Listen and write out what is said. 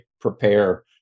prepare